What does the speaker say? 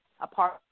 apart